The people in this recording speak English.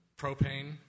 Propane